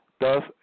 thus